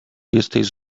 jesteś